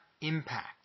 impact